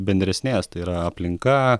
bendresnės tai yra aplinka